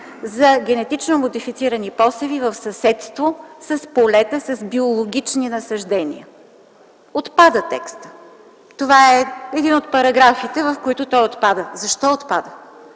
за генетично модифицирани посеви в съседство с полета с биологични насаждения. Текстът отпада. Това е един от параграфите, в които той отпада. Защо отпада?